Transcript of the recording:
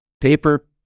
paper